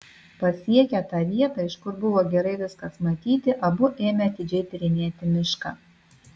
pasiekę tą vietą iš kur buvo gerai viskas matyti abu ėmė atidžiai tyrinėti mišką